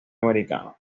americano